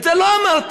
את זה לא אמרת.